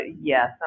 yes